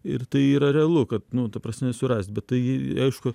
ir tai yra realu kad nu ta prasme surast bet tai aišku